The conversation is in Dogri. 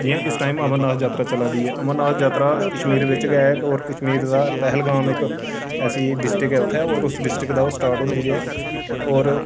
जियां इस टाइम अमरनाथ यात्रा चला दी ऐ अमरनाथ यात्रा कश्मीर बिच्च गै ऐ होर कश्मीर दा पैहलगाम इक ऐसी डिस्टक ऐ उत्थै होर उस डिस्टक दा ओह् स्टार्ट होंदी ऐ होर